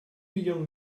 young